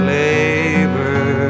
labor